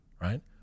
right